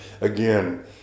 again